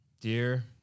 Dear